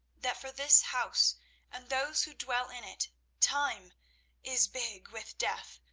that for this house and those who dwell in it time is big with death,